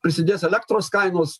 prisidės elektros kainos